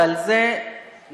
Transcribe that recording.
ועל זה נאמר: